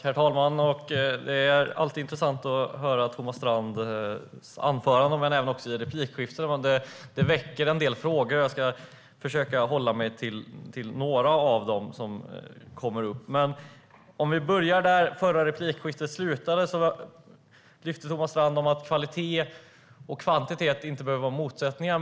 Herr talman! Det är alltid intressant att höra Thomas Strands anföranden och även replikskiften. Det väcker en del frågor, och jag ska försöka hålla mig till några av dem som kommer upp. För att börja där det förra replikskiftet slutade lyfte Thomas Strand fram att det inte behöver finnas någon motsättning mellan kvalitet och kvantitet.